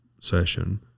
session